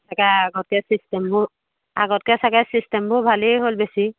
চাগে আগতকৈ ছিষ্টেমবোৰ আগতকৈ চাগে ছিষ্টেমবোৰ ভালেই হ'ল বেছি